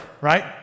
right